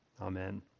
Amen